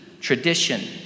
tradition